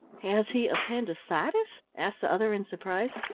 has he appendicitis? asked the other in surprise.